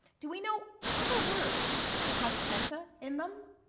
do we know other words that have penta in them?